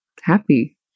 happy